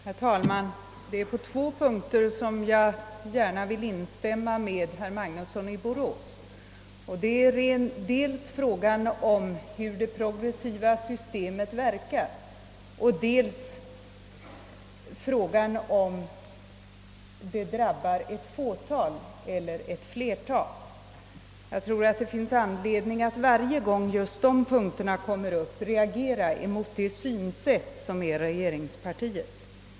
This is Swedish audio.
Herr talman! Det är på två punkter som jag gärna vill instämma i vad herr Magnusson i Borås anförde. Den första är frågan om hur det progressiva systemet verkar och den andra är frågan om det drabbar ett fåtal eller ett flertal. Jag tror det finns anledning att varje gång just dessa punkter kommer upp i diskussionen reagera mot det synsätt som är regeringspartiets.